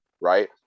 right